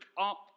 up